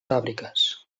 fàbriques